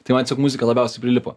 tai man siog muzika labiausiai prilipo